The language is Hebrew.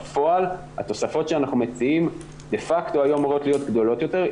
בפועל התוספות שאנחנו מציעים דה-פקטו היו אמורות להיות גדולות יותר,